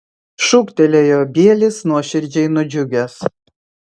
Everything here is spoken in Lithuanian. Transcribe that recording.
šūktelėjo bielis nuoširdžiai nudžiugęs